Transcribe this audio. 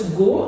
go